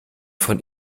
von